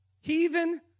heathen